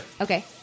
Okay